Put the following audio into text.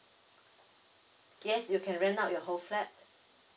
yes you can rent out your whole flat